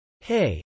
hey